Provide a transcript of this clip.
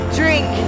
drink